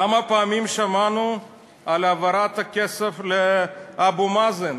כמה פעמים שמענו על העברת הכסף לאבו מאזן,